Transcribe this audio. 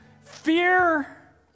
Fear